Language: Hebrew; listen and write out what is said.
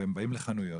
והם באים לחנויות